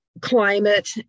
climate